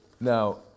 Now